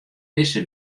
dizze